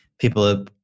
people